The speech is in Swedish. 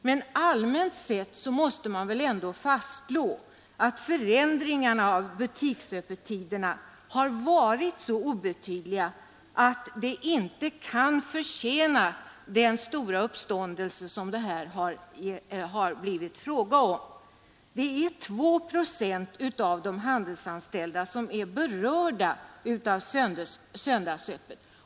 Men allmänt sett måste man väl ändå fastslå att förändringarna av butiksöppettiderna har varit så obetydliga att de inte kan förtjäna den stora uppståndelse som det har blivit fråga om. Det är 2 procent av de handelsanställda som är berörda av söndagsöppet.